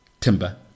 Timber